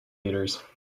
leaders